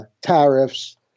tariffs